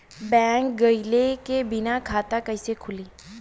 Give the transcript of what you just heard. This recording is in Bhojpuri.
बैंक गइले बिना खाता कईसे खुली?